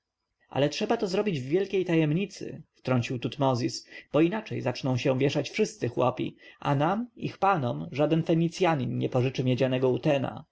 ale trzeba to zrobić w wielkiej tajemnicy wtrącił tutmozis bo inaczej zaczną się wieszać wszyscy chłopi a nam ich panom żaden fenicjanin nie pożyczy miedzianego